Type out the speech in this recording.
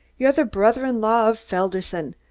you're the brother-in-law of felderson,